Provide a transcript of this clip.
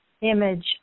image